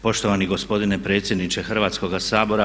Poštovani gospodine predsjedniče Hrvatskoga sabora.